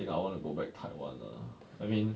think I want to go back taiwan lah I mean